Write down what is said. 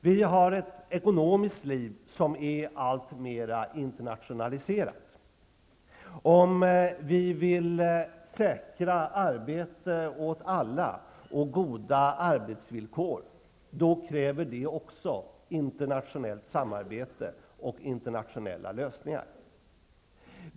Vi har ett ekonomiskt liv som är alltmer internationaliserat. Om vi vill säkra arbete åt alla och goda arbetsvillkor, så kräver det också internationellt samarbete och internationella lösningar.